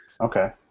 okay